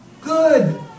Good